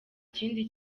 kindi